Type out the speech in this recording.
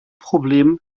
problem